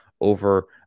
over